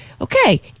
Okay